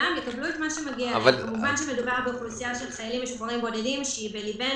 מדובר באוכלוסייה של חיילים משוחררים בודדים שהיא בליבנו.